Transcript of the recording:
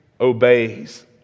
obeys